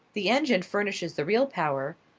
the engine furnishes the real power,